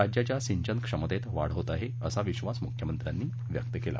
राज्याच्या सिंचन क्षमतेत वाढ होत आहे असा विश्वास मुख्यमंत्र्यांनी व्यक्त केला